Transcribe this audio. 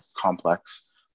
complex